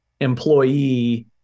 employee